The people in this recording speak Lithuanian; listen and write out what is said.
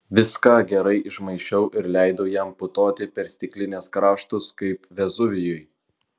viską gerai išmaišiau ir leidau jam putoti per stiklinės kraštus kaip vezuvijui